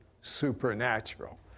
supernatural